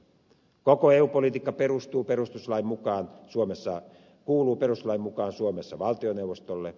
koko eu politiikka kuuluu perustuslain mukaan suomessa valtioneuvostolle